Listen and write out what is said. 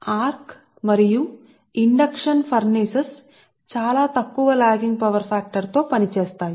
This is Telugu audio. ఆర్క్ మరియు ఇండక్షన్ ఫర్నేసులు చాలా తక్కువ లాగింగ్ పవర్ ఫాక్టర్ తో పనిచేస్తాయి